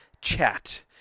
chat